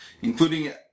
Including